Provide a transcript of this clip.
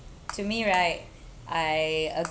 to me right I